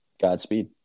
Godspeed